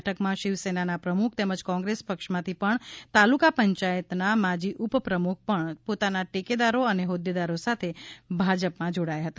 બેઠકમાં શિવસેના ના પ્રમુખ તેમજ કોંગ્રેસ પક્ષમાંથી પણ તાલુકા પંચાયતના માજી ઉપપ્રમુખ પણ પોતાના ટેકેદારો અને હોદ્દેદારો સાથે ભાજપમાં જોડાયા હતા